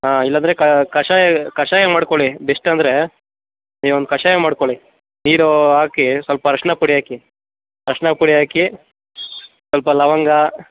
ಹಾಂ ಇಲ್ಲಂದರೆ ಕಷಾಯ ಕಷಾಯ ಮಾಡ್ಕೊಳ್ಳಿ ಬೆಸ್ಟ್ ಅಂದರೆ ನೀವೊಂದು ಕಷಾಯ ಮಾಡ್ಕೊಳ್ಳಿ ನೀರು ಹಾಕಿ ಸ್ವಲ್ಪ ಅರ್ಶಿನ ಪುಡಿ ಹಾಕಿ ಅರ್ಶಿನ ಪುಡಿ ಹಾಕಿ ಸ್ವಲ್ಪ ಲವಂಗ